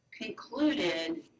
concluded